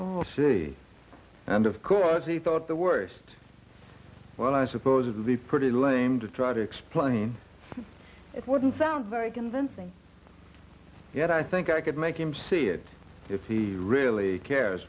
oh she and of course he thought the worst well i suppose it would be pretty lame to try to explain it wouldn't sound very convincing yet i think i could make him see it if he really cares